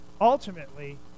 ultimately